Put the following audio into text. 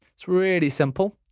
it's really simple,